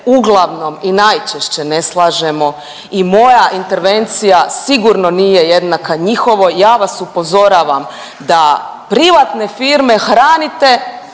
uglavnom i najčešće ne slažemo i moja intervencija sigurno nije jednaka njihovoj. Ja vas upozoravam da privatne firme hranite